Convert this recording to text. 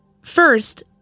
first